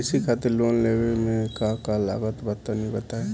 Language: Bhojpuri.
कृषि खातिर लोन लेवे मे का का लागत बा तनि बताईं?